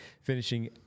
finishing